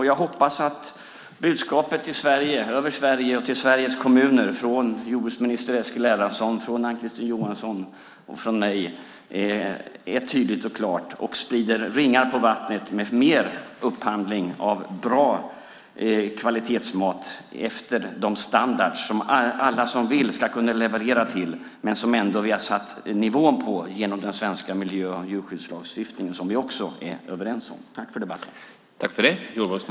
Jag hoppas att budskapet till Sveriges kommuner från jordbruksminister Eskil Erlandsson, Ann-Kristine Johansson och mig är tydligt och klart och ger ringar på vattnet med mer upphandling av bra kvalitetsmat med en standard som alla som vill ska kunna leverera och som vi satt nivån på genom den svenska miljö och djurskyddslagstiftningen som vi är överens om.